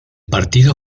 partido